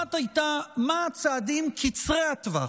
האחת הייתה: מה הצעדים קצרי הטווח,